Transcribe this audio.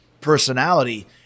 personality